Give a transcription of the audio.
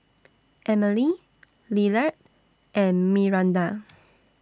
Emilie Lillard and Myranda